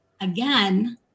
Again